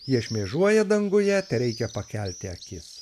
jie šmėžuoja danguje tereikia pakelti akis